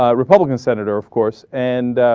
ah republican senator of course and ah.